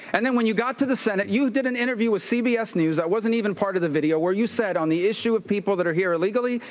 and then, when you got to the senate, you did an interview with cbs news i wasn't even part of the video where you said, on the issue of people that are here illegally,